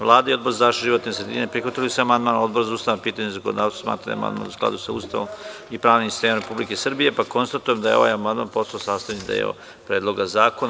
Vlada i Odbor za zaštitu životne sredine prihvatili su amandman, a Odbor za ustavna pitanja i zakonodavstvo smatra da je amandman u skladu sa Ustavom i pravnim sistemom Republike Srbije, pa konstatujem da je ovaj amandman postao sastavni deo Predloga zakona.